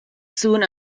soon